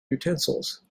utensils